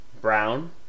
Brown